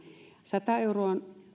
sataan euroon